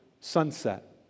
sunset